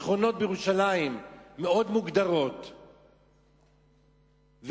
שכונות מאוד מוגדרות בירושלים,